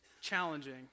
challenging